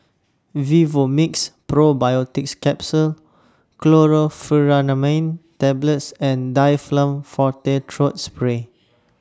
Vivomixx Probiotics Capsule Chlorpheniramine Tablets and Difflam Forte Throat Spray